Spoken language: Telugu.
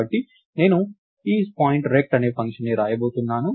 కాబట్టి నేను IsPtInRect అనే ఫంక్షన్ని వ్రాయబోతున్నాను